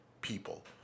people